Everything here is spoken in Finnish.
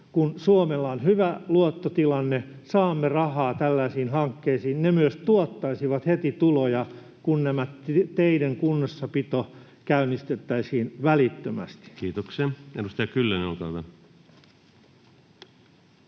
Kun Suomella on hyvä luottotilanne, saamme rahaa tällaisiin hankkeisiin, ne myös tuottaisivat heti tuloja, kun teiden kunnossapito käynnistettäisiin välittömästi. Kiitoksia. — Edustaja Kyllönen, olkaa hyvä.